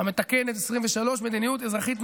המתקן את 2023: מדיניות אזרחית מרחיבה.